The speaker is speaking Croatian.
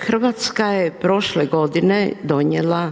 Hrvatska je prošle godine donijela